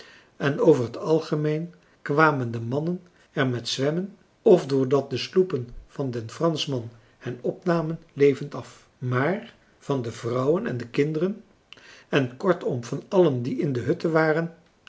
en over het algemeen kwamen de mannen er met zwemmen of doordat de sloepen van den franschman hen opnamen levend af maar van de vrouwen en kinderen en kortom van allen die in de hutten waren